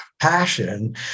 passion